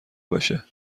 باشه